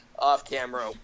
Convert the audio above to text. off-camera